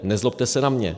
Nezlobte se na mě.